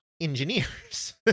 engineers